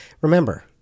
remember